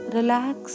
Relax